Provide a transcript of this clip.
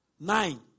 Nine